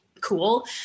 cool